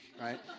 right